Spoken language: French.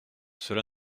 cela